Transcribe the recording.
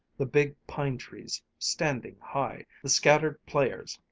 the big pine-trees standing high, the scattered players,